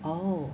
oh